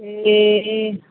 ए